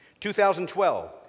2012